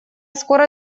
скоро